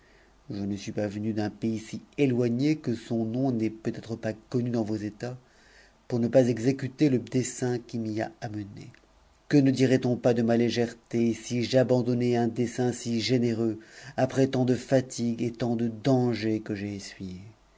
je ne suis pas venu d'un pays si ë oi gné que son nom n'est peut-être pas connu dans vos états pour ne exécuter le dessein qui m'y a amené que ne dirait-on pas de ma légèreté si j'abandonnais un dessein si généreux après tant de fatigues et tant de dangers que j'ai essuyés